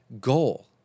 goal